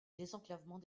désenclavement